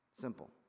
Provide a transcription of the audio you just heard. Simple